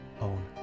own